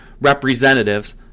representatives